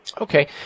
Okay